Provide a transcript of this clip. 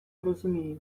розумію